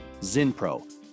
Zinpro